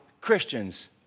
Christians